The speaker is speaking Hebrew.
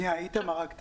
שנייה, איתמר, רק תסביר.